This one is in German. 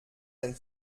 den